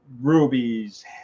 rubies